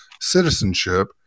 citizenship